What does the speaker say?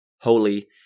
holy